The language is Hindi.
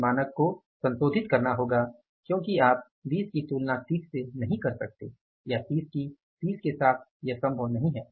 हमें मानक को संशोधित करना होगा क्योंकि आप 20 की तुलना 30 से नहीं कर सकते या 30 की 20 के साथ यह संभव नहीं है